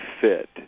fit